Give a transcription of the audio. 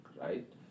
right